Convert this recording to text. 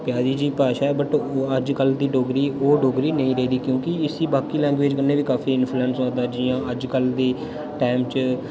प्यारी जेही भाशा ऐ वट् अज्ज कल दी डोगरी ओह् डोगरी नेईं रेह दी क्योंकि इसी बाकी लैंग्वेज़ कन्नै बी काफी इन्फ्लुएंस होये दा ऐ जि'यां अज्जकल दे टैम च